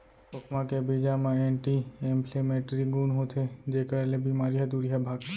खोखमा के बीजा म एंटी इंफ्लेमेटरी गुन होथे जेकर ले बेमारी ह दुरिहा भागथे